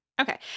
okay